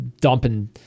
dumping